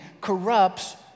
corrupts